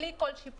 בלי כל שיפוי,